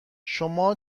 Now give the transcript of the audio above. شما